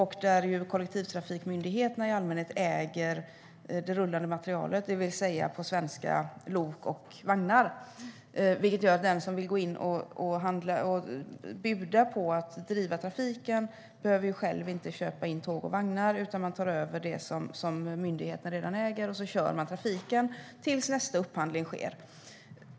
Kollektivtrafikmyndigheterna äger i allmänhet det rullande materialet, det vill säga - på svenska - lok och vagnar. Det gör att den som vill gå in och lägga bud på att driva trafiken inte behöver köpa in tåg och vagnar själv utan kan ta över det som myndigheten redan äger och sedan köra trafiken tills nästa upphandling sker.